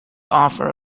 offer